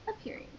appearing